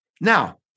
Now